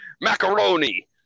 Macaroni